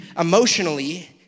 emotionally